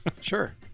Sure